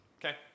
okay